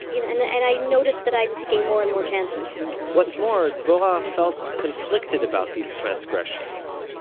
you know and and i notice that i'm taking more and more chances what's more, dvorah felt conflicted about these transgressions.